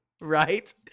right